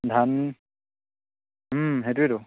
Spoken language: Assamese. ধান সেইটোৱেইেতো